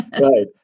Right